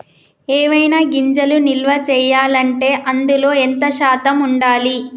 ఏవైనా గింజలు నిల్వ చేయాలంటే అందులో ఎంత శాతం ఉండాలి?